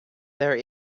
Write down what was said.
there